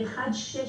ב-1.6,